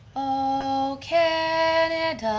oh canada